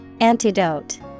Antidote